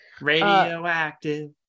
Radioactive